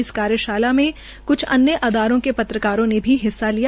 इस कार्यशाला मे क्छ अन्य अदारों के पत्रकारों ने भी हिस्सा लिया